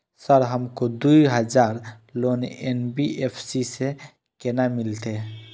Sir हमरो दूय हजार लोन एन.बी.एफ.सी से केना मिलते?